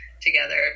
together